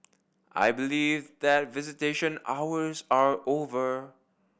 I believe that visitation hours are over